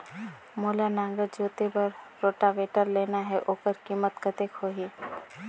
मोला नागर जोते बार रोटावेटर लेना हे ओकर कीमत कतेक होही?